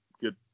good